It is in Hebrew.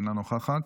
אינה נוכחת,